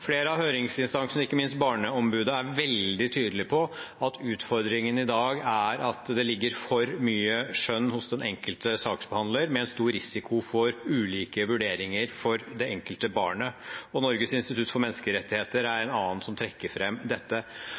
Flere av høringsinstansene, ikke minst Barneombudet, er veldig tydelige på at utfordringen i dag er at det ligger for mye skjønn hos den enkelte saksbehandler, med stor risiko for ulike vurderinger for det enkelte barnet. Norges institusjon for menneskerettigheter er en annen instans som trekker fram dette.